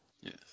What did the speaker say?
Yes